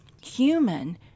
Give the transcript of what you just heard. human